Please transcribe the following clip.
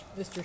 Mr